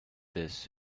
this